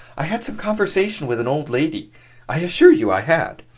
i had some conversation with an old lady i assure you i had.